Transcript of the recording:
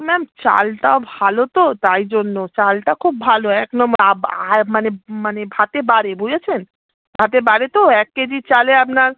ma'am চালটা ভালো তো তাই জন্য চালটা খুব ভালো এক নম্বর মানে মানে ভাতে বাড়ে বুঝেছেন ভাতে বাড়ে তো এক কেজি চালে আপনার